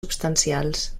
substancials